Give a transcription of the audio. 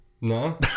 No